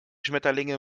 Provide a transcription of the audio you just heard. schmetterlinge